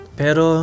pero